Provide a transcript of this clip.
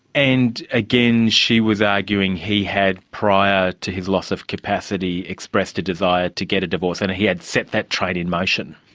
and again she was arguing he had, prior to his loss of capacity, expressed a desire to get a divorce, and he had set that train in motion.